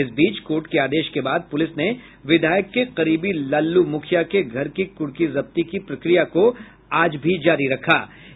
इस बीच कोर्ट के आदेश के बाद पुलिस ने विधायक के करीबी लल्लू मुखिया के घर की कुर्की जब्ती की प्रक्रिया को आज आगे बढ़ाया